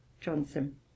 Johnson